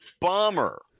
bomber